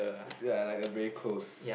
ya like the very close